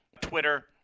Twitter